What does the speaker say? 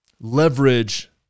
leverage